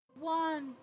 One